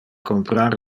comprar